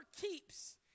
keeps